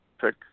pick